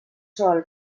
sol